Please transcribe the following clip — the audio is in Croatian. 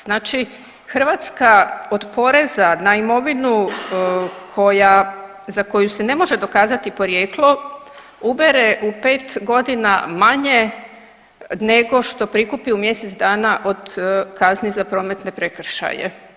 Znači Hrvatska od poreza na imovinu koja, za koju se ne može dokazati porijeklo ubere u 5.g. manje nego što prikupi u mjesec dana od kazni za prometne prekršaje.